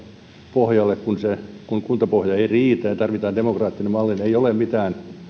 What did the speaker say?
pohjalle kun kuntapohja ei riitä ja tarvitaan demokraattinen malli ei ole käytännössä mitään